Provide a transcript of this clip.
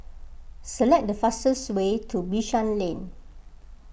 select the fastest way to Bishan Lane